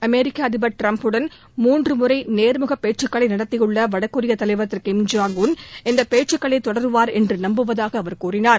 அமெிக்க அதிபா் டிரம்புடன் மூன்று முறை நேர்முக பேச்கக்களை நடத்தியுள்ள வடகொரிய தலைவா் திரு கிம் ஜாங் உன் இந்த பேச்சுக்களை தொடருவார் என்று நம்புவதாக அவர் கூறினார்